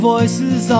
Voices